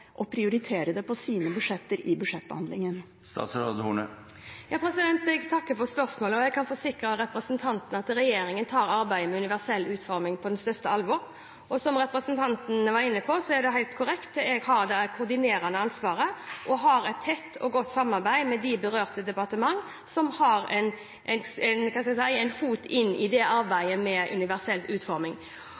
det på sine budsjetter i budsjettbehandlingen. Jeg takker for spørsmålet. Jeg kan forsikre representanten om at regjeringen tar arbeidet med universell utforming på det største alvor. Som representanten var inne på, som er helt korrekt, har jeg et koordinerende ansvar. Jeg har et tett og godt samarbeid med de berørte departementene, som har – hva skal jeg si – en fot inn i arbeidet med universell utforming.